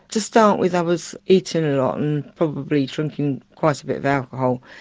to start with i was eating a lot and probably drinking quite a bit of alcohol,